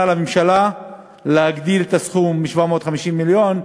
לממשלה להגדיל את הסכום מ-750 מיליון,